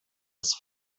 des